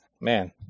man